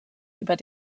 über